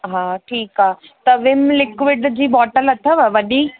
हा ठीकु आहे त विम लिक्विड जी बॉटल अथव वॾी